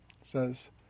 says